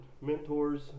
mentors